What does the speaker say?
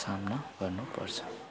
सामना गर्नुपर्छ